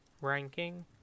ranking